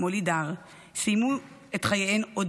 כמו לידר,